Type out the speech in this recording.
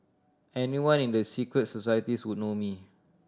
anyone in the secret societies would know me